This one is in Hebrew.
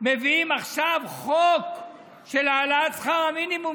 מביאים עכשיו חוק של העלאת שכר המינימום,